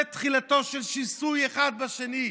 זה תחילתו של שיסוי אחד בשני,